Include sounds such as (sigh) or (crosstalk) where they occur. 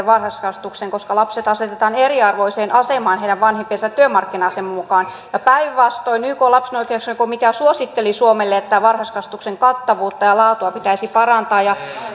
(unintelligible) varhaiskasvatukseen koska lapset asetetaan eriarvoiseen asemaan heidän vanhempiensa työmarkkina aseman mukaan ja päinvastoin ykn lapsen oikeuksien komitea suositteli suomelle että varhaiskasvatuksen kattavuutta ja laatua pitäisi parantaa ja